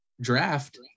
draft